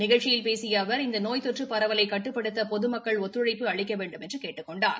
நிகழ்ச்சியில் பேசிய அவர் இந்த நோய் தொற்று பரவலை கட்டுப்படுத்த பொதுமக்கள் ஒத்துழைப்பு அளிக்க வேண்டுமென்று கேட்டுக் கொண்டார்